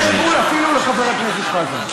הפתרון הוא לא בהשתקת קולות ההתנגדות.